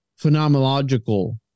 phenomenological